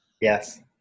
yes